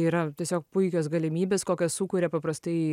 yra tiesiog puikios galimybės kokias sukuria paprastai